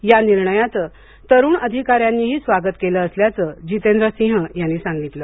या निर्णयाचे तरूण अधिकाऱ्यांनीही स्वागत केले असल्याचे जितेंद्र सिंह यांनी सांगितले